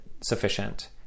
sufficient